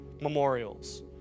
memorials